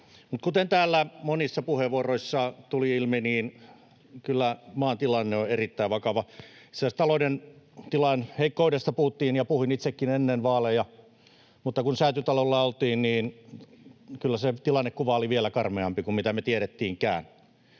Kuten täällä monissa puheenvuoroissa tuli ilmi, niin kyllä maan tilanne on erittäin vakava. Itse asiassa talouden tilan heikkoudesta puhuttiin ja puhuin itsekin ennen vaaleja, mutta kun Säätytalolla oltiin, niin kyllä se tilannekuva oli vielä karmeampi kuin mitä me tiedettiinkään,